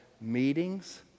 meetings